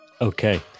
Okay